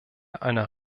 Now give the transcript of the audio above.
einer